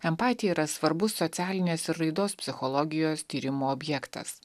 empatija yra svarbus socialinės raidos psichologijos tyrimų objektas